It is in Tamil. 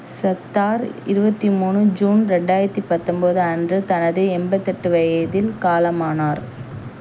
சத்தார் இருபத்தி மூணு ஜூன் ரெண்டாயிரத்து பத்தொம்பது அன்று தனது எண்பத்தெட்டு வயதில் காலமானார்